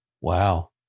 Wow